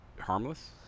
Harmless